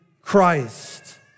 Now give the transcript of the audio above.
Christ